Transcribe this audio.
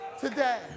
Today